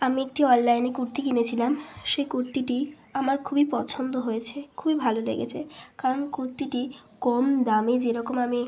আমি একটি অনলাইনে কুর্তি কিনেছিলাম সেই কুর্তিটি আমার খুবই পছন্দ হয়েছে খুবই ভালো লেগেছে কারণ কুর্তিটি কম দামে যেরকম আমি